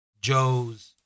Joe's